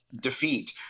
defeat